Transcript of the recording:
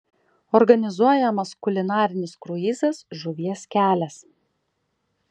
organizuojamas kulinarinis kruizas žuvies kelias